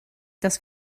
das